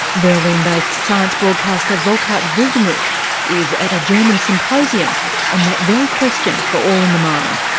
berlin based science broadcaster volkart wildermuth is at a german symposium on that very question for all in the mind.